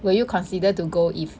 will you consider to go if